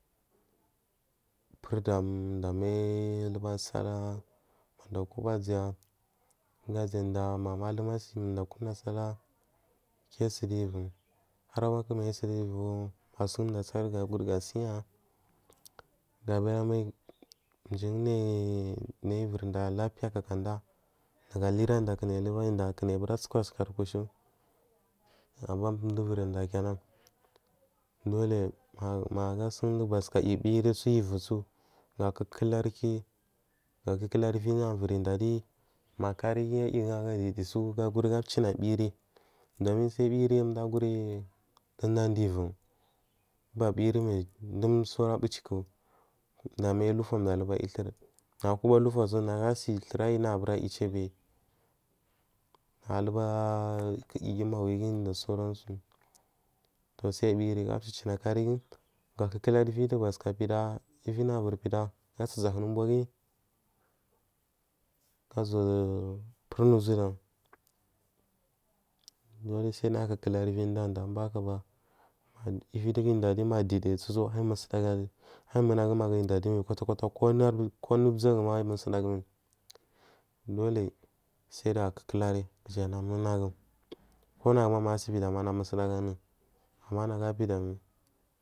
Kurgan du a mai aruga sala du a guba a zeya du a ze diya ma mallum a se du a kurna sallah kiya sudu ivo har a banku maiya a sudu uvo ma sun da akri ga du akurja ziya ya bura mai juyi nai nayi uvar da lapiya thakada kuga clurada kuga alura da ga nai bura sukai kush kush abandu du ivir da kenan dule magu a ga sun dugu batukayu ivi zo nagu aku kular ki ga kukular ivir chuga uvirda adi makariguyi ayi so ga gari ga cuna viyi jan sai viri da kuri da adu uvi ubaviri mai un sa ra buciku du a mai alufa aruguyi tur ku balu faso nagu asi lur ayi duga burayi cebi aluba yimawiguyi abanso du sai viyi sai gacu cu na kariguyi akukulari uvi dugu yivir pida gas a sa kuna uboa guyi ga zowu burna uzu dam dun sai duga kukukri uvi duga udu umbahaka bakam uviduga uda adi ma didi zu uvidugu uda atiso uyi musu dagu mai ayimma gu magu uda kwata kwata mai ku anu u zugu ma dule sai duga kukuri kuna gu kuna guma magu usi guma abana a.